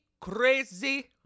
crazy